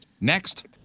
Next